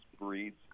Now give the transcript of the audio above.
breeds